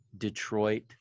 detroit